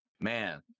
man